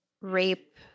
rape